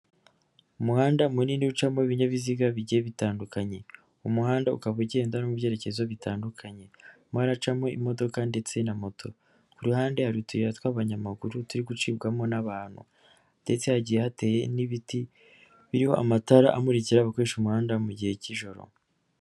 Umuhanda munini ucamo ibinyabiziga bigiye bitandukanye, umuhanda ukaba ugenda no mu byerekezo bitandukanye, harimo haracamo imodoka ndetse na moto, ku ruhande hari utuyira tw'abanyamaguru turi gucibwamo n'abantu, ndetse hagiye hateye n'ibiti biriho amatara, amurikira abakoresha umuhanda mu gihe cy'ijoro.